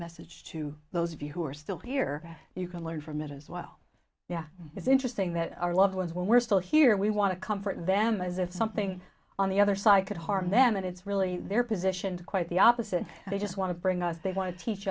message to those of you who are still here you can learn from it as well yeah it's interesting that our loved ones were still here we want to comfort them as if something on the other side could harm them and it's really their position quite the opposite they just want to bring us they want to teach